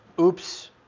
oops